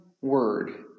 word